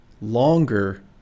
longer